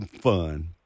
fun